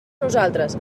nosaltres